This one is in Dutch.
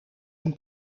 een